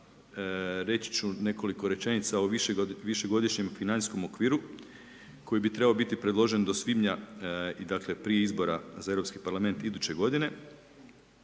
reći ću nekoliko rečenica o višegodišnjem financijskom okviru koji bi trebao biti predložen do svibnja i dakle prije izbora za Europski parlament iduće godine.